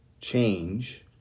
change